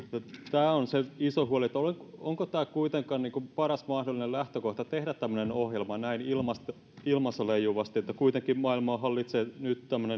tämä on se iso huoli onko kuitenkaan paras mahdollinen lähtökohta tehdä tämmöinen ohjelma näin ilmassa leijuvasti kuitenkin maailmaa hallitsee nyt